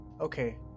Okay